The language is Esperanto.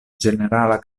ĝenerala